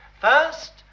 First